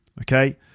Okay